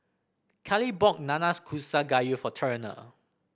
Cali bought Nanakusa Gayu for Turner